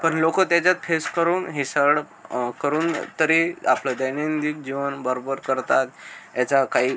पण लोकं त्याच्यात फेस करून हे सगळं करून तरी आपलं दैनंदिन जीवन बरोबर करतात याचा काही